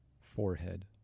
forehead